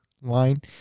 line